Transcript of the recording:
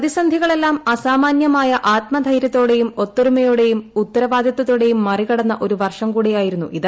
പ്രതിസന്ധികളെല്ലാം അസാമാന്യമായ ആത്മധൈര്യത്തോടെയും ഒത്തൊരുമയോടെയും ഉത്തരവാദിത്വത്തോടെയും മറികടന്ന ഒരു വർഷം കൂടെയായിരുന്നു ഇത്